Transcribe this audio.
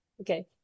Okay